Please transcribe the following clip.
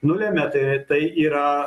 nulėmia tai tai yra